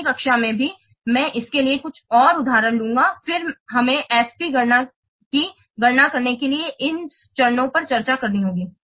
और अगली कक्षा में भी मैं इसके लिए कुछ और उदाहरण लूंगा फिर हमें FP गणना की गणना करने के लिए इस चरणों पर चर्चा करनी होगी